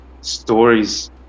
stories